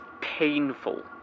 painful